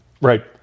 Right